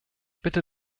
bitte